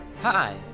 Hi